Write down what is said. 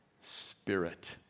Spirit